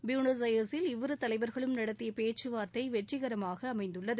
Buenos அய்ரஸில் இவ்விரு தலைவா்களும் நடத்திய ்பேச்சவாா்த்தை வெற்றிகரமாக அமைந்துள்ளது